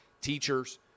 teachers